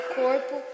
corpo